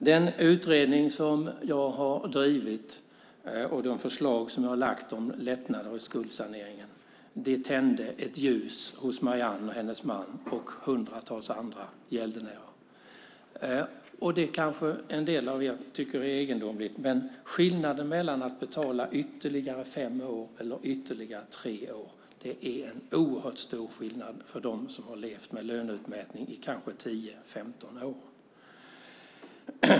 Den utredning som jag har drivit och de förslag som jag lagt fram om lättnader i skuldsaneringen tände ett ljus hos Marianne och hennes man och hundratals andra gäldenärer. Det kanske en del av er tycker är egendomligt, men skillnaden mellan att betala ytterligare fem år och att betala ytterligare tre år är oerhört stor för dem som har levt med löneutmätning i kanske 10-15 år.